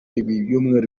ibyumweru